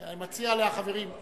אני מציע לחברים,